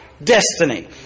Destiny